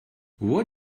what